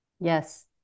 Yes